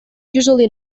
usually